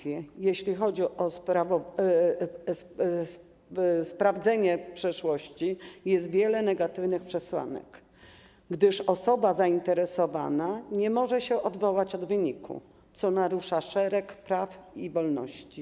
Jeśli chodzi o sprawdzanie przeszłości, jest wiele negatywnych przesłanek, gdyż osoba zainteresowana nie może się odwołać od wyniku postępowania, co narusza szereg praw i wolności.